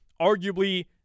arguably